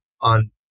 on